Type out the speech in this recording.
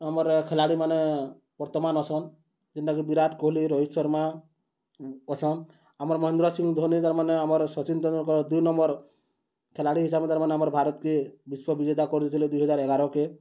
ଆମର୍ ଖେଲାଡ଼ିମାନେ ବର୍ତ୍ତମାନ୍ ଅଛନ୍ ଯେନ୍ତାକି ବିରାଟ୍ କୋହଲି ରୋହିତ୍ ଶର୍ମା ଅଛନ୍ ଆମର୍ ମହେନ୍ଦ୍ର ସିଂ ଧୋନି ତାର୍ମାନେ ଆମର୍ ସଚିନ୍ ତେନ୍ଦୁଲ୍କର୍ ଦୁଇ ନମ୍ବର୍ ଖେଲାଡ଼ି ହିସାବ୍ରେ ତାର୍ମାନେ ଆମର୍ ଭାରତ୍କେ ବିଶ୍ଵ ବିଜେତା କରିଦେଇଥିଲେ ଦୁଇହଜାର୍ ଏଗାର୍କେ